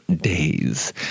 days